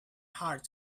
hard